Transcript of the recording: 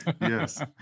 Yes